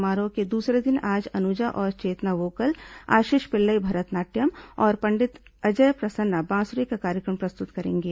समारोह के दूसरे दिन आज अनुजा और चेतना वोकल आशीष पिल्लई भरतनाट्यम और पंडित अजय प्रसन्ना बांसुरी का कार्यक्रम प्रस्तुत करेंगे